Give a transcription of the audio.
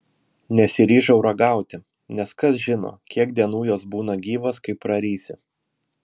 nesiryžau ragauti nes kas žino kiek dienų jos būna gyvos kai prarysi